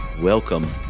Welcome